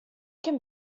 can